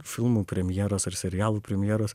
filmų premjeros ar serialų premjeros